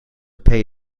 pay